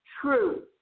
true